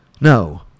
No